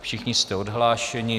Všichni jste odhlášeni.